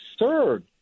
absurd